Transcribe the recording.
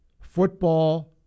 football